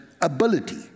ability